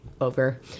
Over